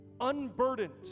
Unburdened